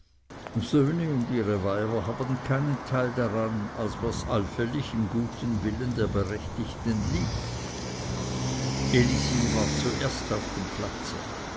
und ihre weiber haben keinen teil daran als was allfällig im guten willen der berechtigten liegt elisi war zuerst auf dem platze